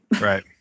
Right